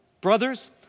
Brothers